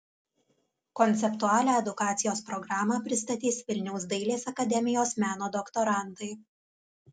konceptualią edukacijos programą pristatys vilniaus dailės akademijos meno doktorantai